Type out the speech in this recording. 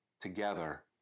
together